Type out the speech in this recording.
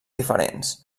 diferents